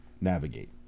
navigate